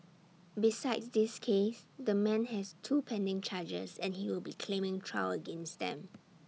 besides this case the man has two pending charges and he will be claiming trial against them